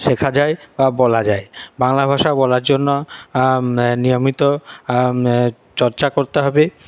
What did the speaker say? শেখা যায় বা বলা যায় বাংলা ভাষা বলার জন্য নিয়মিত চর্চা করতে হবে